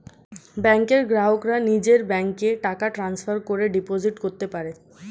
ব্যাংকের গ্রাহকরা নিজের ব্যাংকে টাকা ট্রান্সফার করে ডিপোজিট করতে পারে